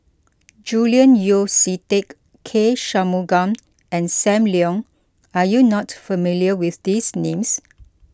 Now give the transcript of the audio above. Julian Yeo See Teck K Shanmugam and Sam Leong are you not familiar with these names